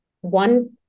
one